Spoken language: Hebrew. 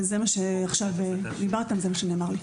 אז זה מה שעכשיו נאמר לי.